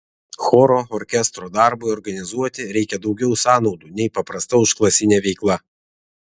choro orkestro darbui organizuoti reikia daugiau sąnaudų nei paprasta užklasinė veikla